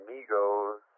Migos